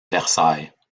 versailles